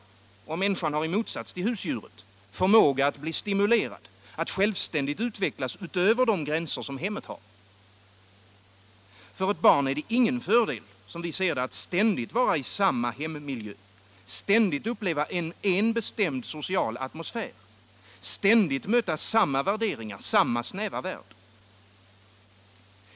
Människan har i motsats till husdjuret förmåga att bli stimulerad, att självständigt utvecklas utöver de gränser hemmet har. För ett barn är det ingen fördel, som vi ser det, att ständigt vara i samma hemmiljö, ständigt uppleva en bestämd social atmosfär, ständigt möta samma värderingar, samma snäva värld.